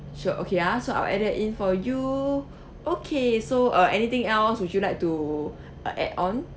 sure okay ah so I'll add that in for you okay so uh anything else would you like to uh add on